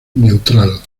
neutral